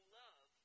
love